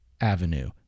avenue